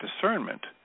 discernment